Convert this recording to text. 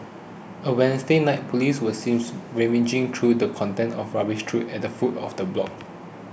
on Wednesday night police were seems rummaging through the contents of a rubbish chute at the foot of the block